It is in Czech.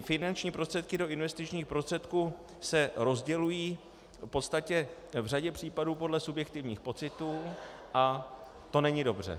Finanční prostředky do investičních prostředků se rozdělují v podstatě v řadě případů podle subjektivních pocitů a to není dobře.